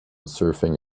surfing